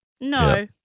No